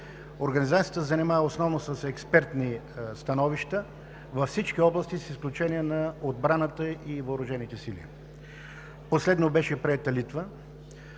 Организацията се занимава основно с експертни становища във всички области с изключение на отбраната и въоръжените сили. Последно беше приета Литва.